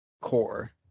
core